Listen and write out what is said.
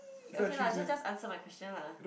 okay lah just just answer my question lah